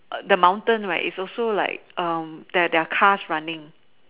the mountain right is also like there are cars running